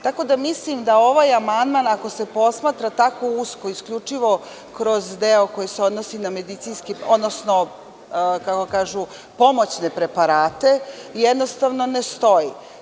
Tako da mislim da ovaj amandman, ako se posmatra tako usko isključivo kroz deo koji se odnosi na medicinske, odnosno pomoćne preparate jednostavno ne stoji.